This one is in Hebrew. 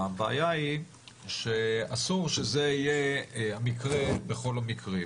הבעיה היא שאסור שזה יהיה המקרה בכל המקרים.